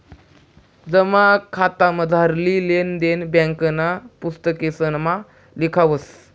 जमा खातामझारली लेन देन ब्यांकना पुस्तकेसमा लिखावस